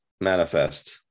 manifest